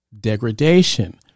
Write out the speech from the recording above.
degradation